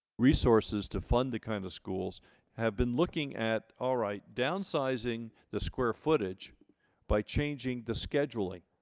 resources to fund the kind of schools have been looking at all right downsizing the square footage by changing the scheduling